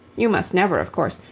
you must never, of course,